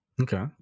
Okay